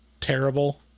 terrible